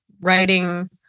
writing